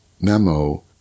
memo